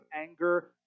anger